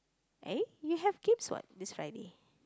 eh you have games what this Friday